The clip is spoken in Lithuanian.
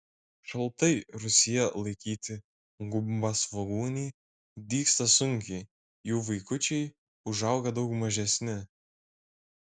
šaltai rūsyje laikyti gumbasvogūniai dygsta sunkiai jų vaikučiai užauga daug mažesni